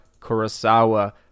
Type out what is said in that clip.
Kurosawa